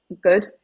good